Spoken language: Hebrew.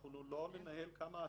אנחנו לא ננהל כמה אתרים.